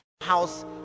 house